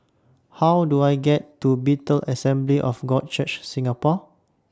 How Do I get to Bethel Assembly of God Church Singapore